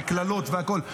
וקללות והכול.